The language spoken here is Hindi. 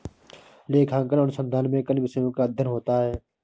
लेखांकन अनुसंधान में किन विषयों का अध्ययन होता है?